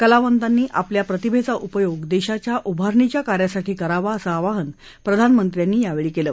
कलावतांनी आपल्या प्रतिभेचा उपयोग देशाच्या उभारणीच्या कार्यासाठी करावा असं आवाहन प्रधानमंत्र्यांनी यावेळी केलं